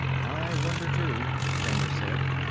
i wonder, too, kramer said.